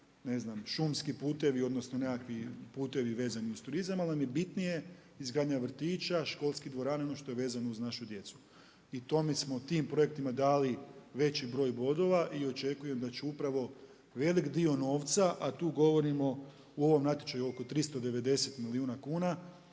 ne znam, šumski putevi, odnosno nekakvi putevi vezani uz turizam ali nam je bitnije izgradnja vrtića, školskih dvorana, ono što je vezano uz našu djecu. I tome smo, tim projektima dali veći broj bodova. I očekujem da će upravo velik dio novca, a tu govorimo o ovom natječaju oko 390 milijuna kuna